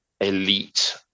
elite